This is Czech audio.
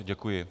Děkuji.